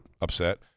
upset